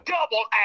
Double